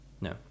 no